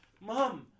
Mom